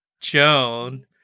Joan